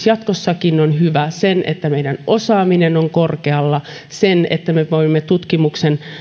jatkossakin on hyvä sen että meidän osaamisemme on korkealla sen että me voimme tutkimuksen